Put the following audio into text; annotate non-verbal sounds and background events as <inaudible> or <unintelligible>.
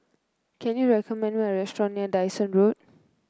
can you recommend <unintelligible> a restaurant near Dyson Road